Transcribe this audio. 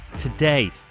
Today